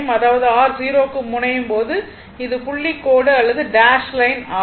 அதாவது R 0 க்கு முனையும் போது இது புள்ளி கோடு அல்லது டேஷ் லைன் ஆகும்